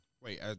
Wait